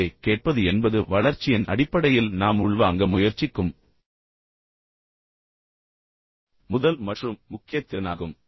எனவே கேட்பது என்பது வளர்ச்சியின் அடிப்படையில் நாம் உள்வாங்க முயற்சிக்கும் முதல் மற்றும் முக்கிய திறனாகும்